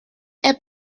est